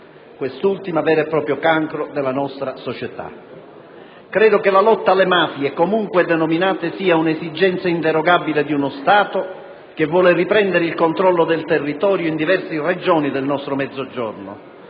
quest'ultima vero e proprio cancro della nostra società. Credo che la lotta alle mafie, comunque denominate, sia un'esigenza inderogabile di uno Stato che vuole riprendere il controllo del territorio in diverse Regioni del nostro Mezzogiorno